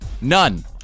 None